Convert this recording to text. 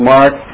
Mark